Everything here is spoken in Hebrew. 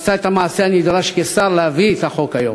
עשה את המעשה הנדרש כשר, להביא את החוק היום,